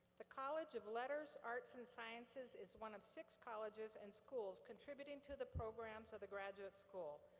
the college of letters, arts, and sciences is one of six colleges and schools contributing to the programs of the graduate school.